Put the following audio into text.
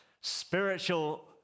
spiritual